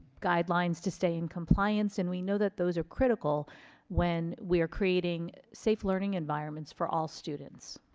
guidelines to stay in compliance and we know that those are critical when we are creating safe learning environments for all students.